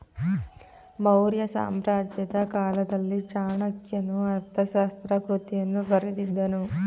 ಮೌರ್ಯ ಸಾಮ್ರಾಜ್ಯದ ಕಾಲದಲ್ಲಿ ಚಾಣಕ್ಯನು ಅರ್ಥಶಾಸ್ತ್ರ ಕೃತಿಯನ್ನು ಬರೆದಿದ್ದನು